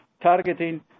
targeting